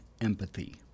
empathy